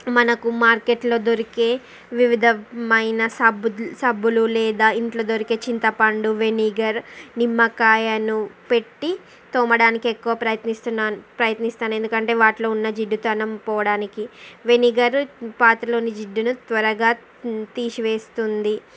మనకు మార్కెట్లో దొరికే వివిధమైన సబ్బు సబ్బులు లేదా ఇంట్లో దొరికే చింతపండు వెనిగర్ నిమ్మకాయలు పెట్టి తోమడానికి ఎక్కువ ప్రయత్నిస్తున్న ప్రయత్నిస్తాను ఎందుకంటే వాటిలో ఉన్న జిడ్డుతనం పోవడానికి వెనిగర్ పాత్రలోని జిడ్డును త్వరగా తీసివేస్తుంది